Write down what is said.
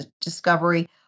discovery